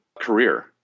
career